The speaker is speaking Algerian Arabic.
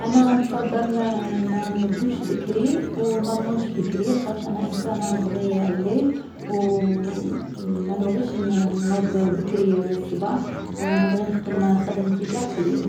أنا نفضّل ما نرقدش بكري و ما نوضش بكري. لاخاطش أنا انسانة نبغي الليل، و مـ ما نبغيش نـ نوض بكري الصباح. نبغي نخدم خدمتي قاع في الليل.